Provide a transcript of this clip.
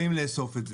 באים לאסוף את זה.